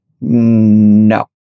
No